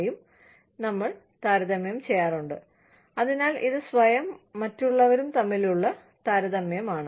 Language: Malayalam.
നിങ്ങൾക്കറിയാമോ അതിനാൽ ഇത് സ്വയവും മറ്റുള്ളവരും തമ്മിലുള്ള താരതമ്യമാണ്